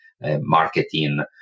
marketing